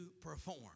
perform